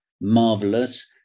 marvelous